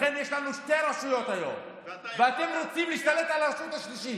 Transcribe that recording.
לכן יש לנו שתי רשויות היום ואתם רוצים להשתלט על הרשות השלישית.